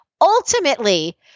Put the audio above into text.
ultimately